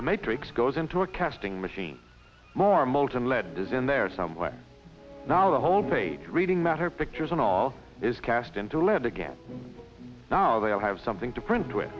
the matrix goes into a casting machine more molten lead this in there somewhere now the whole page reading matter pictures and all is cast into lead again now they'll have something to print to it